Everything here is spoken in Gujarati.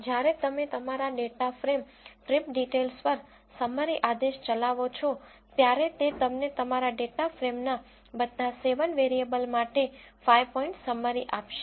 જ્યારે તમે તમારા ડેટા ફ્રેમ ટ્રીપ ડિટેઈલ્સ પર સમ્મરી આદેશ ચલાવો છો ત્યારે તે તમને તમારા ડેટા ફ્રેમના બધા 7 વેરીએબલ માટે 5 પોઈન્ટ સમ્મરી આપશે